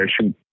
shoot